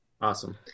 Awesome